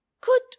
good